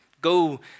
go